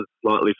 slightly